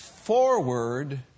Forward